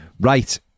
Right